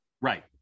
right